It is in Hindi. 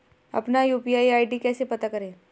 अपना यू.पी.आई आई.डी कैसे पता करें?